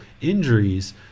injuries